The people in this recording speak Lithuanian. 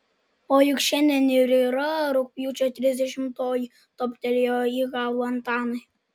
o juk šiandien ir yra rugpjūčio trisdešimtoji toptelėjo į galvą antanui